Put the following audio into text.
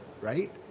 Right